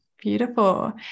Beautiful